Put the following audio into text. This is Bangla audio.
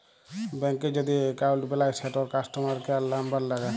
ব্যাংকে যদি এক্কাউল্ট বেলায় সেটর কাস্টমার কেয়ার লামবার ল্যাগে